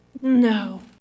No